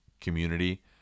community